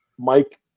Mike